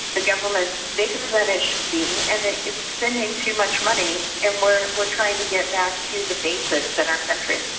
government's bigger than it should be and it's spending too much money and we're we're trying to get back to the basics in our country.